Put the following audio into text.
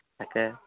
তাকে